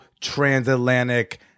transatlantic